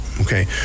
okay